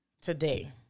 today